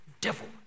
devil